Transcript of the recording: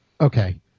Okay